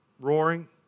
roaring